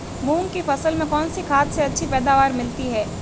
मूंग की फसल में कौनसी खाद से अच्छी पैदावार मिलती है?